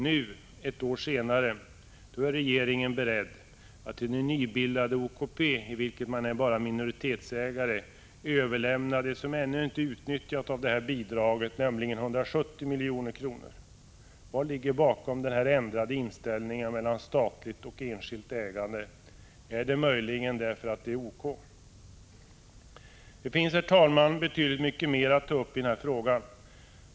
Nu, ett år senare, är regeringen beredd att till det nybildade OKP, i vilket man bara är minoritetsägare, överlämna det som ännu inte är utnyttjat av detta bidrag, nämligen 170 milj.kr. Vad ligger bakom denna ändrade inställning till statligt och enskilt ägande? Är det möjligen OK? Det finns, herr talman, betydligt mycket mer att ta upp i den här frågan.